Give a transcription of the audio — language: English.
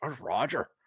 Roger